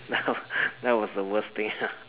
ya that was the worst thing ya